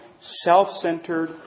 self-centered